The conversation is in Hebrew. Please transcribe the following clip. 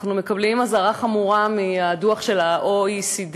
אנחנו מקבלים אזהרה חמורה מהדוח של ה-OECD,